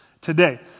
today